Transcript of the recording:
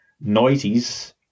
noises